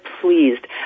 pleased